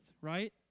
right